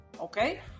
Okay